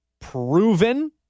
proven